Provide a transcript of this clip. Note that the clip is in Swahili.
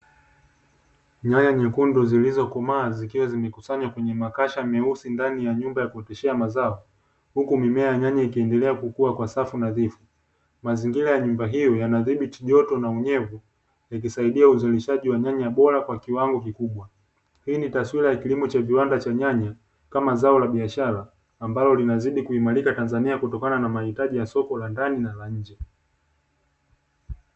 Nyanya nyekundu zilizokomaa zikiwa zimekusanywa kwenye makasha meusi ndani ya nyumba ya kukuoteshea mazao, huku mimea ya nyanya ikiendelea kukua kwa safu nadhifu. Mazingira ya nyumba hiyo yanadhibiti joto na unyevu, yakisaidia uzalishaji wa nyanya bora kwa kiwango kikubwa. Hii ni taswira ya kilimo cha viwanda cha nyanya kama zao la biashara ambalo linazidi kuimarika Tanzania kutokana na mahitaji ya soko la ndani na la nje.